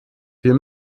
wir